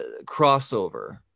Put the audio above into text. crossover